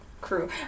crew